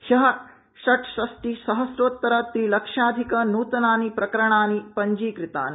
हयः षड्षष्ठि सहस्रोत्तर त्रिलक्षाधिक नूतन प्रकरणानि पञ्जीकृतानि